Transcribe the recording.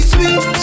Sweet